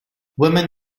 woman